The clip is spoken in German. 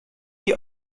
die